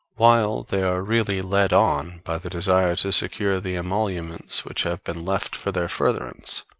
while they are really led on by the desire to secure the emoluments which have been left for their furtherance,